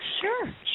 Sure